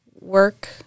work